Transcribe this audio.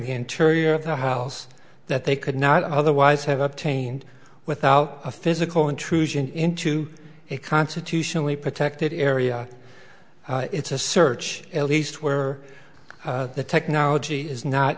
the interior of the house that they could not otherwise have obtained without a physical intrusion into a constitutionally protected area it's a search at least where the technology is not